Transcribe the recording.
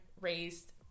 raised